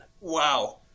Wow